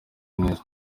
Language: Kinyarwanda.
neza